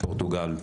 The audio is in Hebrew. פורטוגל.